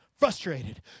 frustrated